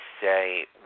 say